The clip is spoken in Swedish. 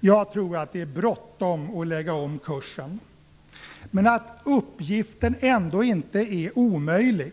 Jag tror att det är bråttom att lägga om kursen men att uppgiften ändå inte är omöjlig.